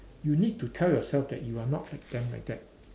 you need to tell yourself that you are not like them like that